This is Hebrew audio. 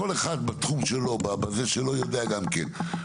כל אחד בתחום שלו יודע גם כן.